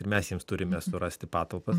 ir mes jiems turime surasti patalpas